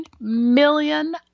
million